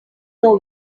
know